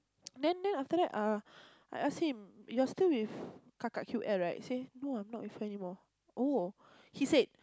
then then after that uh I ask him you're still with Kaka he say no I'm not with her anymore oh he said